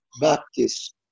Baptist